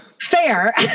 Fair